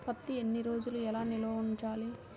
పత్తి ఎన్ని రోజులు ఎలా నిల్వ ఉంచాలి?